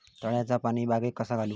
तळ्याचा पाणी बागाक कसा घालू?